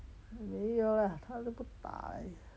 没有 lah 他都不打的